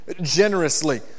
generously